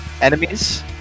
enemies